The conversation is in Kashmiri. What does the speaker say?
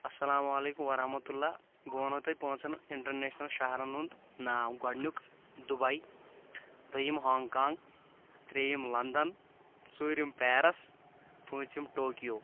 السلام علیکم ورحمۃ اللہ بہٕ ونہو تۄہہِ پانٛژن انٹرنیشنل شہرن ہُنٛد ناو گۄڈینُک دُبے دویم ہانٛگ کانٛگ ترٛیٚیم لندن ژوٗرِم پیرس پٲنٛژم ٹوکِیو